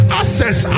access